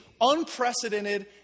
unprecedented